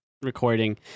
Recording